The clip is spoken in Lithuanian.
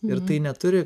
ir tai neturi